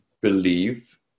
believe